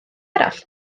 arall